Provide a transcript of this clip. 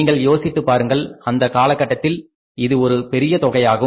நீங்கள் யோசித்துப் பாருங்கள் இந்த காலகட்டத்தில் இது ஒரு பெரிய தொகையாகும்